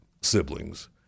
siblings